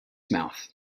mouth